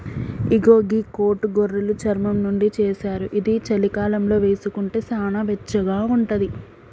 ఇగో గీ కోటు గొర్రెలు చర్మం నుండి చేశారు ఇది చలికాలంలో వేసుకుంటే సానా వెచ్చగా ఉంటది